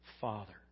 father